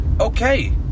Okay